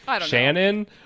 Shannon